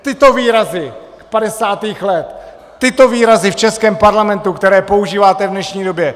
Tyto výrazy z 50. let, tyto výrazy v českém parlamentu, které používáte v dnešní době.